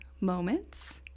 moments